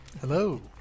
Hello